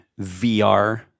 VR